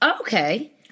Okay